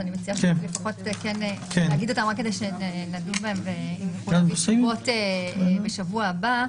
ואני מציעה שלפחות כן אגיד אותם רק כדי שנדון בהם עם תשובות בשבוע הבא: